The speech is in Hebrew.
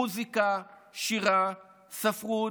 מוזיקה, שירה, ספרות,